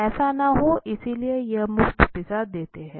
ऐसा न हो इसलिए वह मुक्त पिज्जा देते हैं